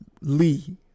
Lee